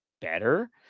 better